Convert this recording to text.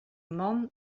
man